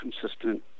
consistent